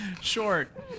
Short